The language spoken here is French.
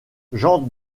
jean